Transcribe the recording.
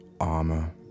Armor